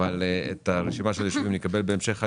אבל את הרשימה של היישובים נקבל בהמשך היום.